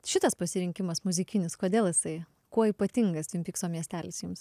šitas pasirinkimas muzikinis kodėl jisai kuo ypatingas tvin pykso miestelis jums